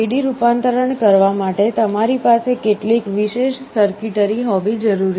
AD રૂપાંતરણ કરવા માટે તમારી પાસે કેટલીક વિશેષ સર્કિટરી હોવી જરૂરી છે